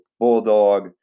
bulldog